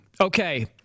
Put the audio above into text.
Okay